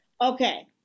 Okay